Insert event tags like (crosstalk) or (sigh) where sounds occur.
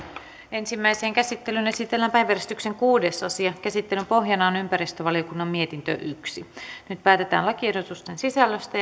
ensimmäiseen käsittelyyn esitellään päiväjärjestyksen kuudes asia käsittelyn pohjana on ympäristövaliokunnan mietintö yksi nyt päätetään lakiehdotusten sisällöstä (unintelligible)